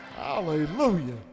hallelujah